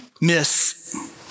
Miss